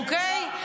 אוקיי?